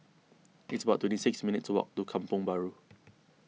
it's about twenty six minutes' walk to Kampong Bahru